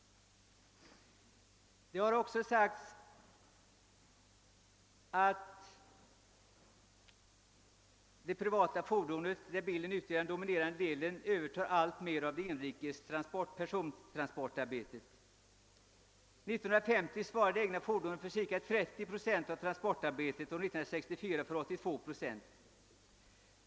Det har också sagts att det privata fordonet, där bilen utgör den dominerande delen, övertar alltmer av det inrikes persontrafikarbetet. 1950 svarade de egna fordonen för cirka 30 procent av transportarbetet och 1964 för 82 procent.